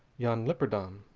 jan lipperdam,